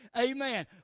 Amen